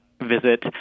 visit